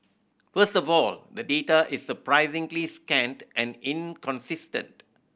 first of all the data is surprisingly scant and inconsistent